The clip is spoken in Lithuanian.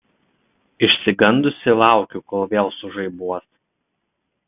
išsigandusi laukiu kol vėl sužaibuos